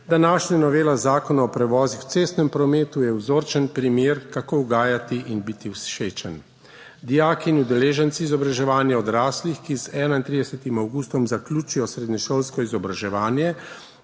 Današnja novela Zakona o prevozih v cestnem prometu je vzorčen primer, kako ugajati in biti všečen. Dijaki in udeleženci izobraževanja odraslih, ki z 31. avgustom zaključijo srednješolsko izobraževanje,